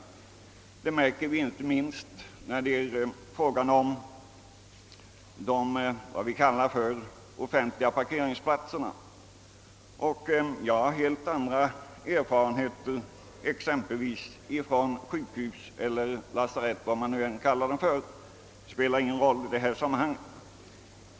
Det märker vi inte minst i fråga om vad vi kallar offentliga parkeringsplat ser. Jag för min del har helt andra erfarenheter härvidlag än dem som tidigare redovisats, exempelvis från sjukhusområden.